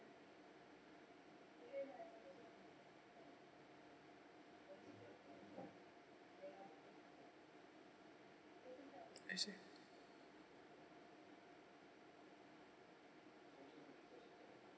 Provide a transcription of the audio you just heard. I see